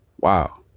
Wow